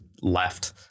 left